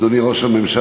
אדוני ראש שהממשלה,